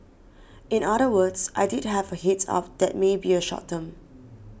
in other words I did have a heads up that may be a short term